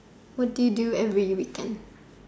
what do you do every weekend